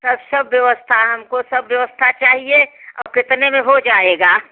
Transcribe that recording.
सब सब व्यवस्था हमको सब व्यवस्था चाहिए और कितने में हो जाएगा